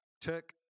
took